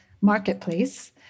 marketplace